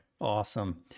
awesome